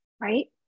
right